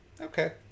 Okay